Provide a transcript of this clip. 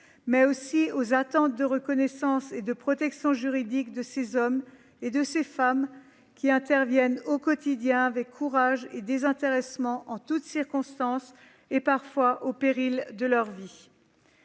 et à une attente de reconnaissance et de protection juridique pour ces hommes et ces femmes qui interviennent au quotidien, avec courage et désintéressement, en toutes circonstances, et parfois au péril de leur vie.